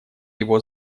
его